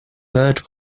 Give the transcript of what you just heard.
bird